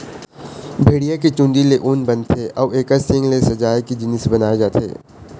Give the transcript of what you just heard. भेड़िया के चूंदी ले ऊन बनथे अउ एखर सींग ले सजाए के जिनिस बनाए जाथे